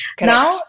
Now